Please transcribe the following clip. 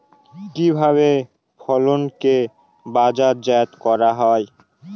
কিভাবে ফসলকে বাজারজাত করা হয়?